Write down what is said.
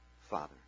Father